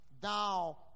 thou